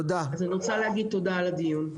אז אני רוצה להגיד תודה על הדיון.